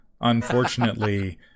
Unfortunately